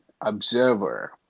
observer